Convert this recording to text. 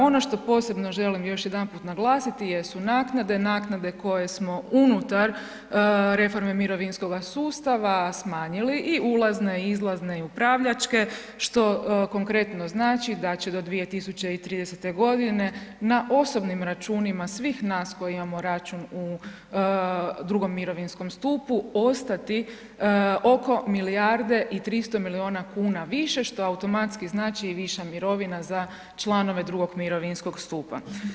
Ono što posebno želim još jedanput naglasiti jesu naknade, naknade koje smo unutar reforme mirovinskoga sustava smanjili i ulazne i izlazne i upravljačke, što konkretno znači da će do 2030. g. na osobnim računima svih nas koji imamo račun u II. mirovinskom stupu ostati oko milijarde i 300 milijuna kuna više, što automatski znači i viša mirovina za članove II. mirovinskog stupa.